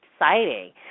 exciting